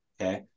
Okay